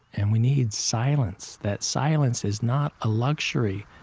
and we need silence that silence is not a luxury,